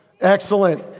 Excellent